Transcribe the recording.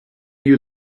you